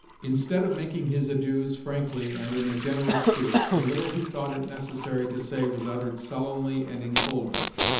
instead of making his adieus frankly, and in a generous spirit, the little he thought it necessary to say was uttered sullenly and in coldness.